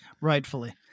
Rightfully